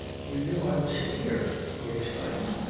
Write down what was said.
you knew i was here? he exclaimed.